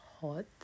hot